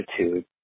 attitude